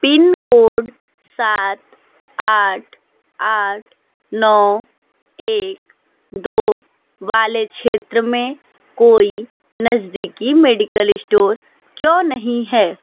pin code सात आठ आठ नौ एक दो वाले क्षेत्र में कोई नज़दीकी मेडिकल स्टोर क्यों नहीं है